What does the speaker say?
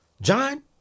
John